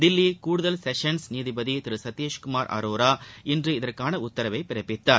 தில்லி கூடுதல் செஸன்ஸ் நீதிபதி திரு சதீஷ் குமார் அரோரா இன்று இதற்கான உத்தரவை பிறப்பித்தார்